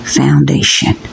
foundation